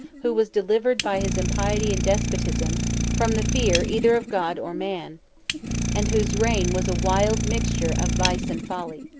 who was delivered by his impiety and despotism from the fear either of god or man and whose reign was a wild mixture of vice and folly.